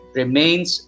remains